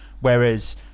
whereas